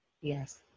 Yes